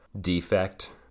defect